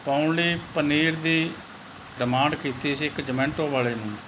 ਪਾਉਣ ਲਈ ਪਨੀਰ ਦੀ ਡਿਮਾਂਡ ਕੀਤੀ ਸੀ ਇੱਕ ਜਮੈਂਟੋ ਵਾਲੇ ਨੂੰ